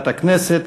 הכנסת.